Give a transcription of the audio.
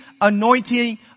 anointing